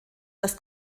das